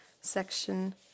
section